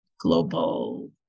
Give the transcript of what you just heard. global